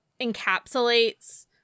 encapsulates